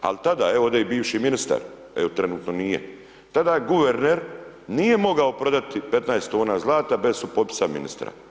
Ali, tada, evo, ovdje i bivši ministar, evo trenutno nije, tada guverner nije mogao prodati 15 tona zlata bez supotpisa ministra.